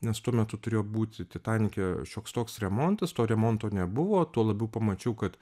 nes tuo metu turėjo būti titanike šioks toks remontas to remonto nebuvo tuo labiau pamačiau kad